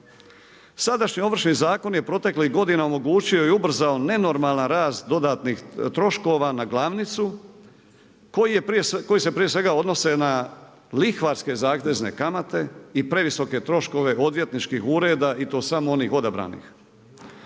Sadašnji Ovršni zakon je proteklih godina omogućio i ubrzao nenormalan rast dodatnih troškova na glavnicu koji se prije svega odnose na lihvarske zatezne kamate i previsoke troškove odvjetničkih ureda i to samo onih odabranih.